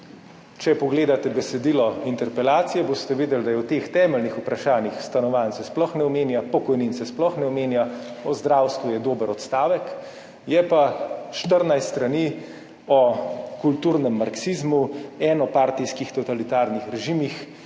Če pogledate besedilo interpelacije boste videli, da se v teh temeljnih vprašanjih stanovanj sploh ne omenja, pokojnin se sploh ne omenja, o zdravstvu je dober odstavek, je pa 14 strani o kulturnem marksizmu, enopartijskih totalitarnih režimih,